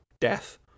death